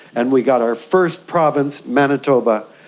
and we got our first province, manitoba,